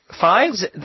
fives